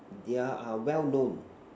they're are well known